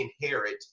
Inherit